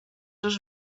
els